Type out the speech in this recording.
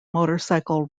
motorcycle